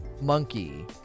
monkey